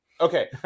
Okay